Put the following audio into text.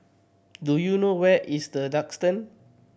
do you know where is The Duxton